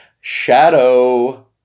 Shadow